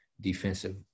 defensive